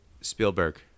Spielberg